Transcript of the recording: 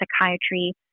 psychiatry